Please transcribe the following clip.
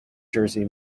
jersey